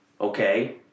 Okay